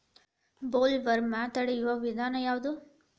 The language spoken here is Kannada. ಬೊಲ್ವರ್ಮ್ ತಡಿಯು ವಿಧಾನ ಯಾವ್ದು?